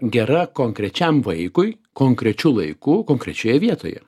gera konkrečiam vaikui konkrečiu laiku konkrečioje vietoje